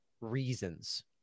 reasons